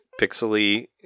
pixely